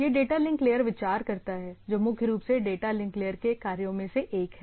यह data link layer विचार करता है जो मुख्य रूप से डाटा लिंक लेयर के कार्यों में से एक है